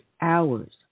hours